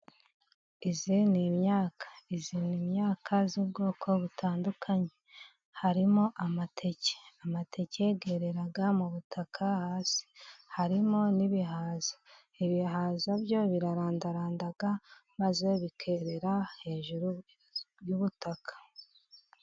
Iyi ni imyaka. Iyi ni imyaka y'ubwoko butandukanye harimo amateke. Amateke yerera mu butaka hasi, harimo n'ibihaza. Ibihaza byo birarandaranda maze bikerera hejuru y'ubutaka.